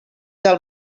del